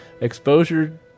Exposure